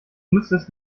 müsstest